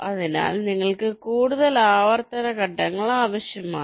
അതിനാൽ നിങ്ങൾക്ക് കൂടുതൽ ആവർത്തന ഘട്ടങ്ങൾ ആവശ്യമാണ്